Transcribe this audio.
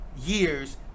years